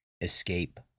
escape